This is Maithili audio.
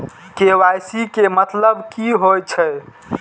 के.वाई.सी के मतलब की होई छै?